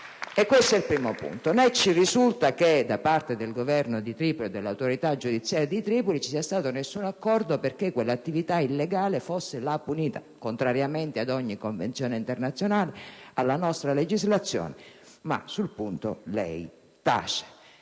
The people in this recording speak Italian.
*(Applausi dal Gruppo* *PD).* Né ci risulta che da parte del Governo e dell'autorità giudiziaria di Tripoli ci sia stato un accordo perché quell'attività illegale fosse lì punita, contrariamente ad ogni convenzione internazionale e alla nostra legislazione. Ma su questo punto lei tace,